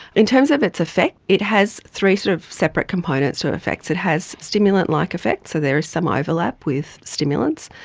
in terms of its effect, it has three sort of separate components to the effects, it has stimulant-like effects, so there are some overlaps with stimulants,